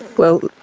well,